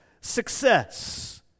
success